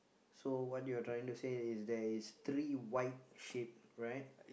so what you are trying to say is there is three white sheep right